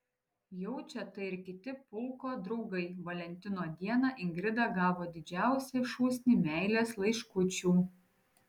jaučia tai ir kiti pulko draugai valentino dieną ingrida gavo didžiausią šūsnį meilės laiškučių